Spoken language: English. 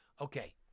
okay